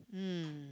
mm